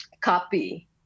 copy